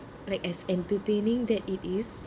like as entertaining that it is